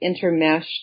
intermeshed